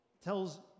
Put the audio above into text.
tells